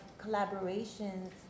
collaborations